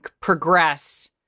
progress